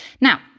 Now